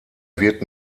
wird